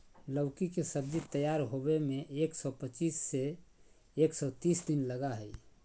लौकी के सब्जी तैयार होबे में एक सौ पचीस से एक सौ तीस दिन लगा हइ